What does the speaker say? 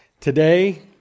today